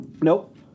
Nope